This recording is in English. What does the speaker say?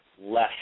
less